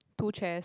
two chairs